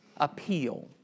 appeal